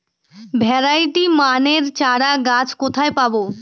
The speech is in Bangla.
ভ্যারাইটি মানের চারাগাছ কোথায় পাবো?